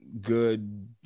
good